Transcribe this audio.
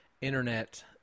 internet